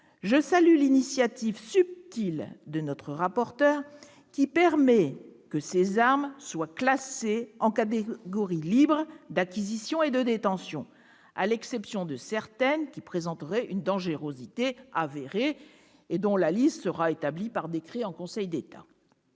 je salue l'initiative subtile de notre rapporteur, qui permet que ces armes soient classées en catégorie libre d'acquisition et de détention, à l'exception de certaines, dont la dangerosité serait avérée et dont la liste sera établie par décret en Conseil d'État.